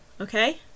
Okay